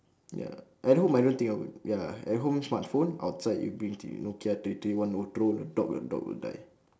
ya at home I don't think I would ya at home smartphone outside you bring the nokia three three one O you throw the dog the dog will die